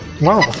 wow